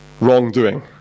wrongdoing